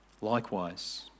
Likewise